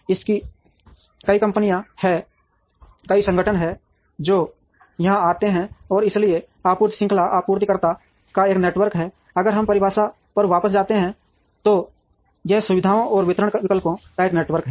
इसकी कई कंपनियां हैं कई संगठन हैं जो यहां आते हैं और इसलिए आपूर्ति श्रृंखला आपूर्तिकर्ताओं का एक नेटवर्क है अगर हम परिभाषा पर वापस जाते हैं तो यह सुविधाओं और वितरण विकल्पों का एक नेटवर्क है